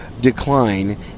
decline